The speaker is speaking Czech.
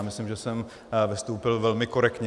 Myslím, že jsem vystoupil velmi korektně.